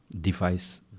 device